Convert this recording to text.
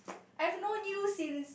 I have no news in